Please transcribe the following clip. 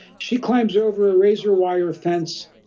she climbs over a razor wire fence